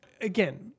again